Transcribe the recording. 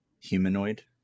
humanoid